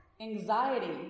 anxiety